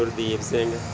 Gurdeep Singh